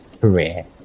career